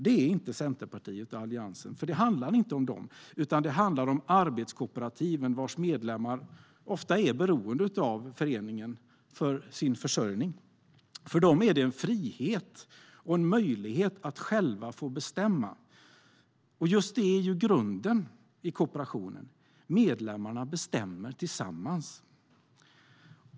Det är inte Centerpartiet och Alliansen, för det handlar inte om dem, utan det handlar om arbetskooperativen, vars medlemmar ofta är beroende av föreningen för sin försörjning. För dem är det en frihet och en möjlighet att själva få bestämma. Just det är grunden i kooperationen: Medlemmarna bestämmer tillsammans.